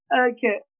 Okay